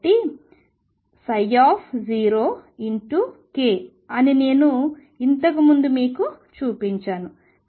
కాబట్టి ఇది 0 అని నేను ఇంతకు ముందు మీకు చూపించాను